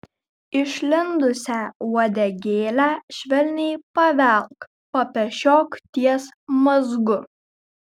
išlindusią uodegėlę švelniai pavelk papešiok ties mazgu